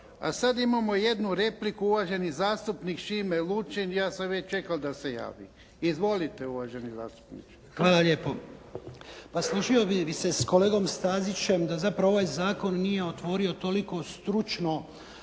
A sad imamo jednu repliku, uvaženi zastupnik Šime Lučin. Ja sam već čekao da se javi. Izvolite uvaženi zastupniče. **Lučin, Šime (SDP)** Pa složio bih se sa kolegom Stazićem da zapravo ovaj zakon nije otvorio toliko stručno,